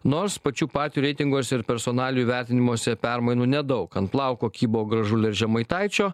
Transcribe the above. nors pačių partijų reitinguose ir personalijų vertinimuose permainų nedaug ant plauko kybo gražulio ir žemaitaičio